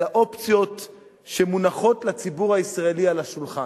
על האופציות שמונחות לציבור הישראלי על השולחן.